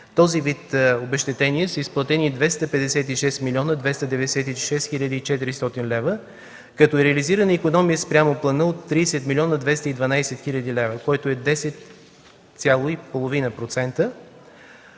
този вид обезщетения са изплатени 256 млн. 296 хил. и 400 лева, като е реализирана икономия спрямо плана от 30 млн. 212 хил. лева, което е 10,5%.